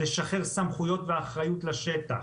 תשחרר סמכויות ואחריות לשטח,